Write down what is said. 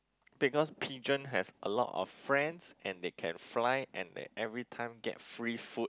because pigeon has a lot of friends and they can fly and they everytime get free food